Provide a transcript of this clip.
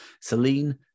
Celine